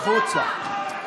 החוצה.